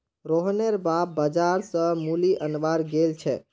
रोहनेर बाप बाजार स मूली अनवार गेल छेक